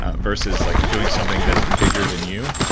ah versus like doing something that's bigger than you.